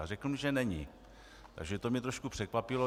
A řekl mi, že není, takže to mě trochu překvapilo.